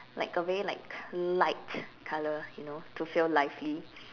like a very like light colour you know to feel lively